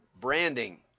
branding